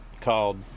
called